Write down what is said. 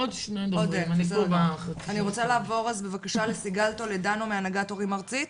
אני רוצה לעבור אז בבקשה לסיגל טולדנו מהנהגת הורים ארצית.